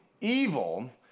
evil